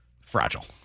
Fragile